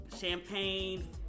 champagne